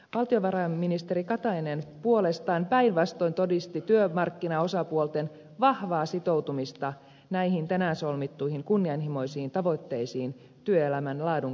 valtiovarainministeri katainen puolestaan päinvastoin todisti työmarkkinaosapuolten vahvaa sitoutumista näihin tänään solmittuihin kunnianhimoisiin tavoitteisiin työelämän laadun kehittämiseksi